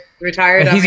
retired